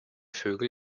vögel